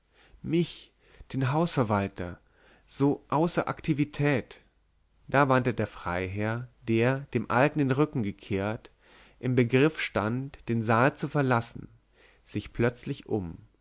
mich den hausverwalter so außer aktivität da wandte der freiherr der dem alten den rücken gekehrt im begriff stand den saal zu verlassen sich plötzlich um